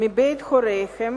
מבית הוריהם,